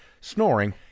snoring